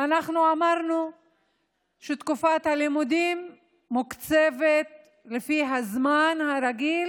אנחנו אמרנו שתקופת הלימודים מוקצבת לפי הזמן הרגיל